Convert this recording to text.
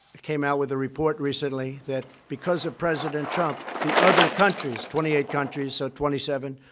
came out with a report recently that, because of president trump, the other countries twenty eight countries so twenty seven,